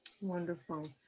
Wonderful